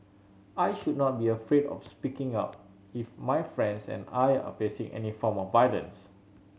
I should not be afraid of speaking out if my friends and I are facing any form of violence